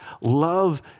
love